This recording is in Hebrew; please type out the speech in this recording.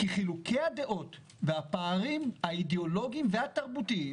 כי חילוקי הדעות והפערים האידיאולוגיים והתרבותיים